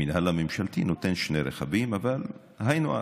המינהל הממשלתי נותן שני רכבים, אבל היינו הך.